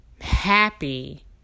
Happy